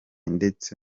ndetse